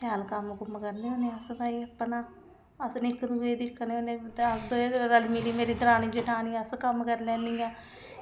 शैल कम्म कुम्म करने होन्ने आं अस भई अपना अस निं इक्क दूऐ गी दिक्खने होन्ने दौए रली मिली मेरी दरानी जठानियां अस कम्म करी लैनियां